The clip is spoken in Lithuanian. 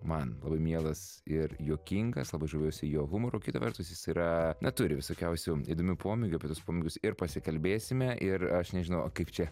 man labai mielas ir juokingas labai žaviuosi jo humoru kita vertus jis yra na turi visokiausių įdomių pomėgių apie tuos pomėgius ir pasikalbėsime ir aš nežinau kaip čia